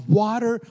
water